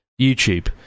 YouTube